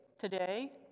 today